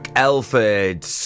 Elford